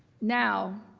now,